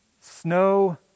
snow